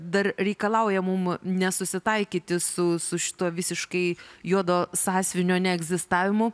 dar reikalauja mum nesusitaikyti su su šituo visiškai juodo sąsiuvinio neegzistavimu